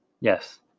Yes